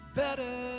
better